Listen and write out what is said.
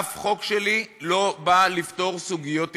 אף חוק שלי לא בא לפתור סוגיות הלכתיות,